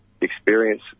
experience